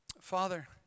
Father